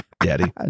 Daddy